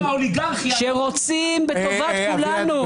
שרוצים בטובת כולנו.